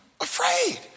afraid